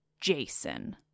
Jason